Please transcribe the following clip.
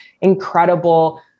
incredible